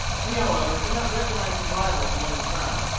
he however did not recognize his rival among the crowd.